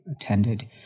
attended